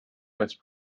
best